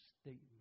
statement